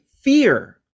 fear